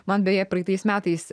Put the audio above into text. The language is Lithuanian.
man beje praeitais metais